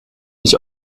nicht